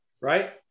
right